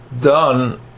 done